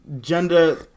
gender